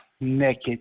naked